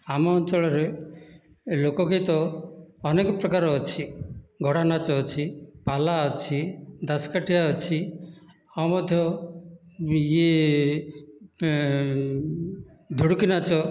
ଆମ ଅଞ୍ଚଳରେ ଲୋକଗୀତ ଅନେକ ପ୍ରକାର ଅଛି ଘୋଡ଼ା ନାଚ ଅଛି ପାଲା ଅଛି ଦାସକାଠିଆ ଅଛି ଆଉ ମଧ୍ୟ ଇଏ ଢୁଡ଼ୁକି ନାଚ